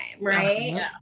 right